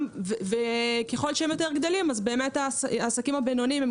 ככל שהם גדלים, העסקים הבינוניים הם